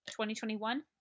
2021